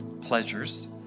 Pleasures